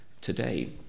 today